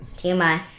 TMI